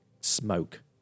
smoke